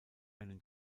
einen